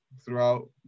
throughout